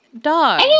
dog